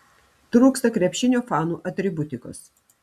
trūksta krepšinio fanų atributikos